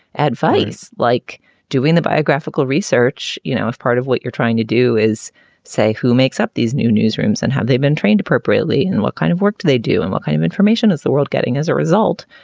advice like doing the biographical research. you know, if part of what you're trying to do is say who makes up these new newsrooms and how they've been trained appropriately and what kind of work they do and what kind of information is the world getting as a result?